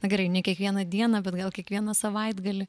na gerai ne kiekvieną dieną bet gal kiekvieną savaitgalį